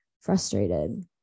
frustrated